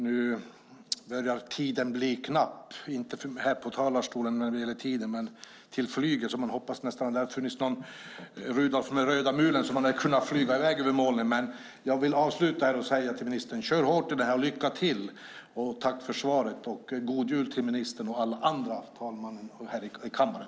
Nu börjar tiden bli knapp, inte här i talarstolen men för att hinna med till flyget så att man nästan hoppas att det fanns en Rudolf med röda mulen som man kunde flyga i väg med över molnen. Jag vill avsluta med att säga till ministern: Kör hårt, lycka till och tack för svaret! God jul ministern, talmannen och alla andra här i kammaren.